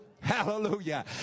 hallelujah